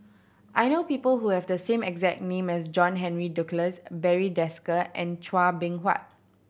I know people who have the same exact name as John Henry Duclos Barry Desker and Chua Beng Huat